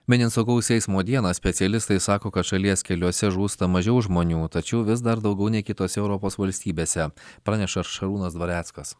minint saugaus eismo dieną specialistai sako kad šalies keliuose žūsta mažiau žmonių tačiau vis dar daugiau nei kitose europos valstybėse praneša šarūnas dvareckas